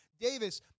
Davis